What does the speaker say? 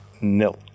nil